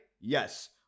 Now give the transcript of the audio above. Yes